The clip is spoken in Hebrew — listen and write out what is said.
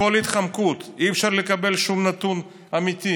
הכול התחמקות, אי-אפשר לקבל שום נתון אמיתי.